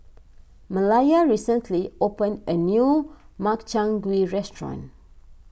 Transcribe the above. Malaya recently opened a new Makchang Gui Restaurant